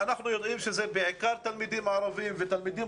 אנחנו יודעים שאלה בעיקר תלמידים ערבים ותלמידים